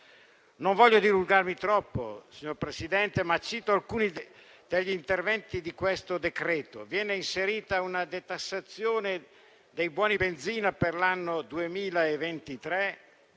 non voglio dilungarmi troppo, ma cito alcuni degli interventi di questo provvedimento. Viene inserita una detassazione dei buoni benzina per l'anno 2023